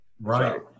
right